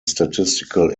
statistical